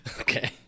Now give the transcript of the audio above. Okay